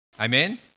Amen